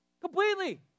completely